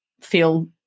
feel